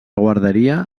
guarderia